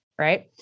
right